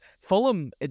Fulham